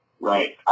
Right